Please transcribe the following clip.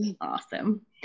awesome